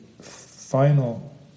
final